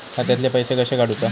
खात्यातले पैसे कशे काडूचा?